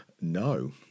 no